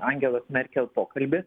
angelos merkel pokalbį